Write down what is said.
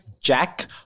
Jack